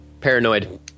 Paranoid